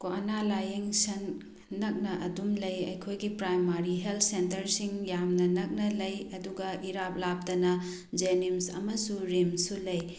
ꯀꯣ ꯑꯅꯥ ꯂꯥꯏꯌꯦꯡ ꯁꯪ ꯅꯛꯅ ꯑꯗꯨꯝ ꯂꯩ ꯑꯩꯈꯣꯏꯒꯤ ꯄ꯭ꯔꯥꯏꯃꯔꯤ ꯍꯦꯜꯊ ꯁꯦꯟꯇꯔꯁꯤꯡ ꯌꯥꯝꯅ ꯅꯛꯅ ꯂꯩ ꯑꯗꯨꯒ ꯏꯔꯥꯞ ꯂꯥꯞꯇꯅ ꯖꯦꯅꯤꯝꯁ ꯑꯃꯁꯨꯡ ꯔꯤꯝꯁꯁꯨ ꯂꯩ